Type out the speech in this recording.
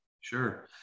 Sure